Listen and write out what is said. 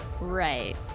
right